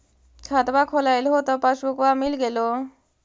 खतवा खोलैलहो तव पसबुकवा मिल गेलो?